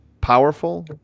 powerful